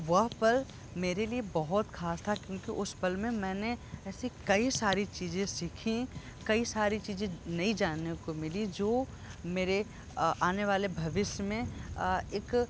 वह पल मेरे लिए बहुत खास था क्योंकि उस पल में मैंने ऐसी कई सारी चीज़ें सीखीं कई सारी चीज़ें नई जानने को मिली जो मेरे आने वाले भविष्य में एक